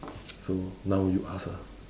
s~ so now you ask ah